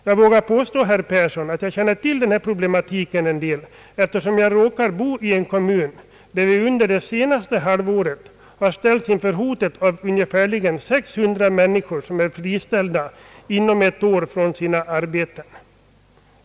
Jag vågar påstå, herr Yngve Persson, att jag känner till denna problematik, eftersom jag råkar bo i en kommun som under det senaste halvåret stått inför hotet att ungefär 600 människor inom ett år blir friställda från sina arbeten.